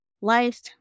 life